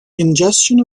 ingestion